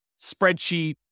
spreadsheet